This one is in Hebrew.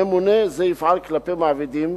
ממונה זה יפעל כלפי מעבידים,